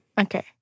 Okay